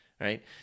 right